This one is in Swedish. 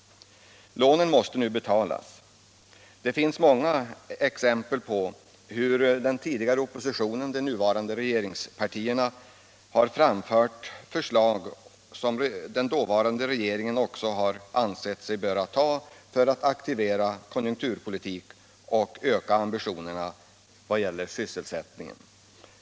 Lånen måste nu betalas. Det finns många exempel på hur den tidigare oppositionen, de nuvarande regeringspartierna, har framfört förslag som den dåvarande regeringen också Nr 47 efter en tid har ansett sig böra biträda för att aktivera konjunkturpolitiken Torsdagen den och öka ambitionerna vad gäller sysselsättningen.